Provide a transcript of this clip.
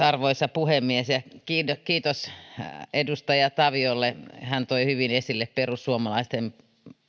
arvoisa puhemies kiitos edustaja taviolle hän toi hyvin esille perussuomalaisten